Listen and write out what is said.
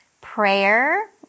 Prayer